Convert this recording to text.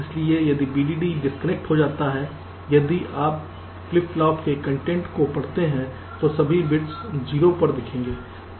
इसलिए यदि VDD disconnect हो जाता है यदि आप फ्लिप फ्लॉप के कंटेंट को पढ़ते हैं तो सभी बिट्स 0 पर दिखेंगे